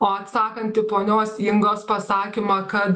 o atsakant į ponios ingos pasakymą kad